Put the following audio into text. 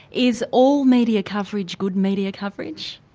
is all media coverage good media coverage?